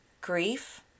grief